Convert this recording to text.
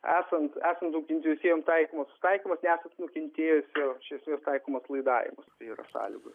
esant esant daug intensyvesniem taikomas susitaikymas nesant nukentėjusiojo iš esmės taikomas laidavimas kai yra sąlygos